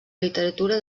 literatura